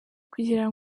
kugira